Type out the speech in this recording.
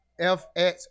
FX